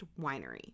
winery